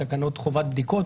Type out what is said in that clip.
תקנות חובת בדיקות.